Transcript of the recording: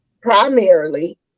primarily